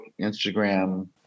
Instagram